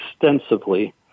extensively